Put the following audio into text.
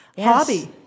hobby